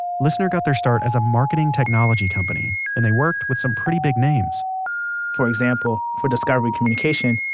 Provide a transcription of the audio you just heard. lisnr got their start as a marketing technology company, and they worked with some pretty big names for example, for discovery communication,